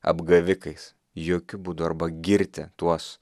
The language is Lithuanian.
apgavikais jokiu būdu arba girti tuos